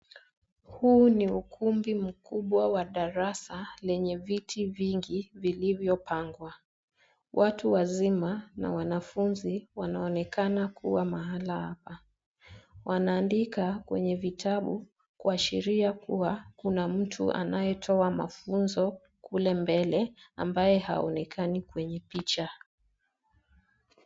Huu ni ukumbi mkubwa wa darasa lenye viti vingi vilivyopangwa. Watu wazima na wanafunzi wanaonekana kuwa mahali hapa. Wanaandika kwenye vitabu kuashiria kuwa kuna mtu anayetoa mafunzo kule mbele ambaye haonekani kwenye picha.